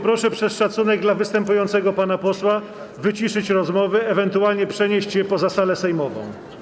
Proszę przez szacunek dla występującego pana posła wyciszyć rozmowy, ewentualnie przenieść je poza salę sejmową.